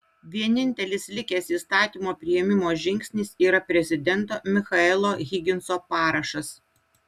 vienintelis likęs įstatymo priėmimo žingsnis yra prezidento michaelo higginso parašas